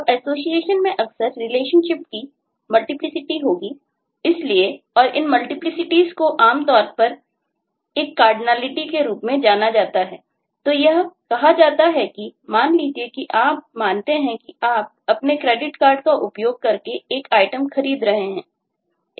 अब एसोसिएशन में अक्सर रिलेशनशिप्स खरीद रहे हैं